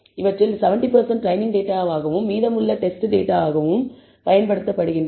இவற்றில் 70 training data ஆகவும் மீதமுள்ளவை டெஸ்ட் டேட்டா ஆகவும் பயன்படுத்தப்படுகின்றன